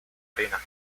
arena